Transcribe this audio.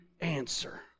answer